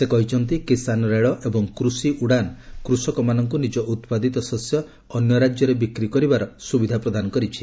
ସେ କହିଛନ୍ତି କିଷାନ ରେଳ ଏବଂ କୃଷି ଉଡ଼ାନ୍ କୃଷକମାନଙ୍କୁ ନିଜ ଉତ୍ପାଦିତ ଶସ୍ୟ ଅନ୍ୟ ରାଜ୍ୟରେ ବିକ୍ରି କରିବାର ସୁବିଧା ପ୍ରଦାନ କରିଛି